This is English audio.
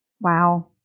Wow